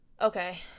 Okay